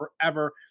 forever